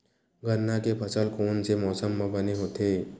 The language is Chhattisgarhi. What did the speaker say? गन्ना के फसल कोन से मौसम म बने होथे?